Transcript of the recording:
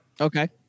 Okay